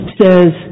says